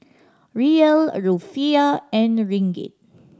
Riyal Rufiyaa and Ringgit